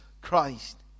Christ